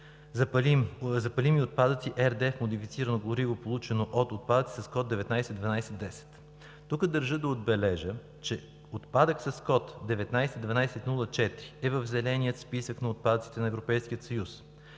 запалими отпадъци (RDF – модифицирани горива, получени от отпадъци) с код 19 12 10. Тук държа да отбележа, че отпадък с код 19 12 04 е в зеления списък на отпадъците на Европейския съюз.